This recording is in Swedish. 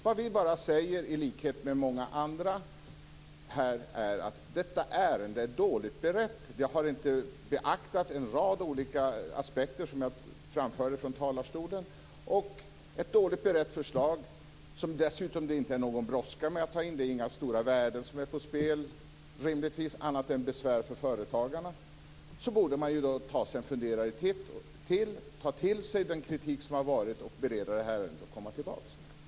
Vad vi i likhet med många andra säger är bara att detta ärende är dåligt berett. Det har inte beaktat en rad olika aspekter som jag framförde från talarstolen. Det är ett dåligt berett förslag som det dessutom inte är någon brådska med att ta in. Det är rimligtvis inga stora värden som står på spel. Det är inget annat än besvär för företagarna. Då borde man ta sig en funderare till. Man borde ta till sig den kritik som har förekommit, bereda ärendet och komma tillbaka.